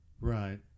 Right